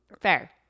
Fair